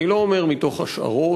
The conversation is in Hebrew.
אני לא אומר מתוך השערות,